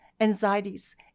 anxieties